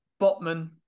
Botman